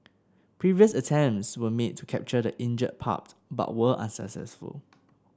previous attempts were made to capture the injured pup but were unsuccessful